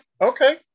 okay